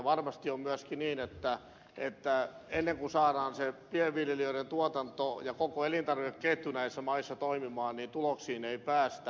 varmasti on myöskin niin että ennen kuin saadaan se pienviljelijöiden tuotanto ja koko elintarvikeketju näissä maissa toimimaan niin tuloksiin ei päästä